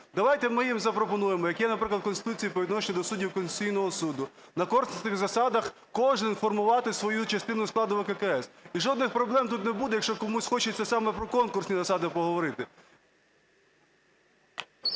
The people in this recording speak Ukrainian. Давайте ми їм запропонуємо, як є, наприклад, в Конституції по відношенню до суддів Конституційного Суду, на конкурсних засадах кожен формувати свою частину складу ВККС. І жодних проблем тут не буде, якщо комусь хочеться саме про конкурсні засади поговорити.